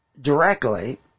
directly